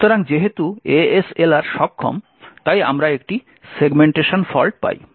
সুতরাং যেহেতু ASLR সক্ষম তাই আমরা একটি সেগমেন্টেশন ফল্ট পাই